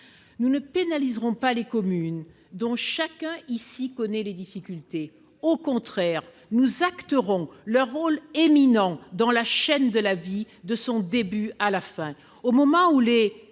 nous ne pénaliseront pas les communes dont chacun ici connaît les difficultés, au contraire, nous, acteurs ont leur rôle éminent dans la chaîne de l'avis de son début à la fin, au moment où les